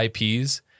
IPs